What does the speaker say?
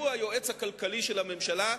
שהוא היועץ הכלכלי של הממשלה,